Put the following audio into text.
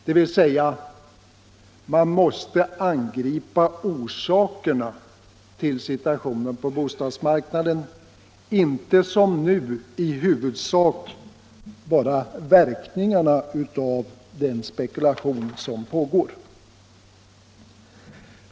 Man måste alltså angripa orsakerna till situationen på bostadsmarknaden, inte som nu i huvudsak bara verkningarna av den spekulation som pågår.